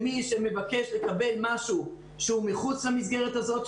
מי שמבקש לקבל משהו שהוא מחוץ למסגרת הזאת,